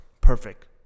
perfect